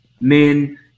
men